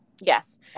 Yes